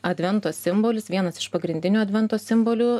advento simbolis vienas iš pagrindinių advento simbolių